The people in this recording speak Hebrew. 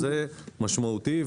זה משמעותי.